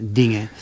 dingen